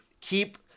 Keep